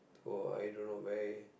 so i don't know where